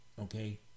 okay